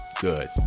good